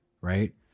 right